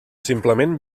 simplement